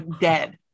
dead